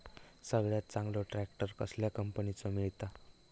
सगळ्यात चांगलो ट्रॅक्टर कसल्या कंपनीचो मिळता?